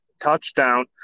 touchdown